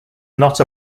not